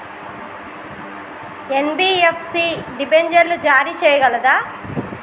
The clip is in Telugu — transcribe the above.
ఎన్.బి.ఎఫ్.సి డిబెంచర్లు జారీ చేయగలదా?